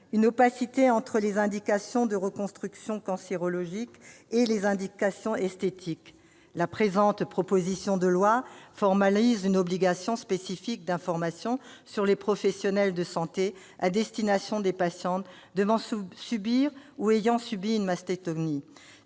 une opacité entre les indications de reconstruction cancérologique et les indications esthétiques. La présente proposition de loi formalise une obligation spécifique d'information pour les professionnels de santé à destination des patientes devant subir ou ayant subi une mastectomie.